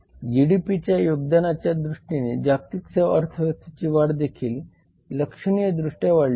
जीडीपीच्या योगदानाच्या दृष्टीने जागतिक सेवा अर्थव्यवस्थेची वाढ देखील लक्षणीय द्रुष्ट्या वाढली आहे